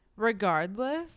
Regardless